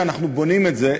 כשאנחנו בונים את זה,